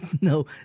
no